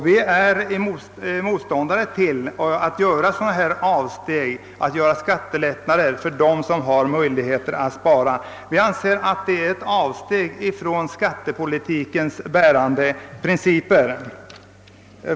Vi är motståndare till att bevilja skattelättnader för dem som kan :spara. Vi anser det utgöra ett avsteg från skattepolitikens bärande principer.